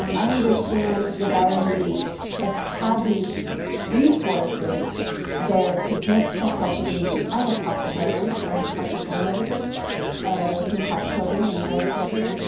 um i understand the dire need of having so resources there to get the help that they need. i have talked to mothers, i have talked to grandmothers who have children and grandchildren,